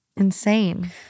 Insane